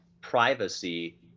privacy